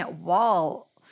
wall